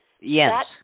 Yes